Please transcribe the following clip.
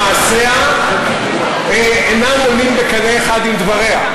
אני אומר שמעשיה אינם עולים בקנה אחד עם דבריה.